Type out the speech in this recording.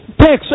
text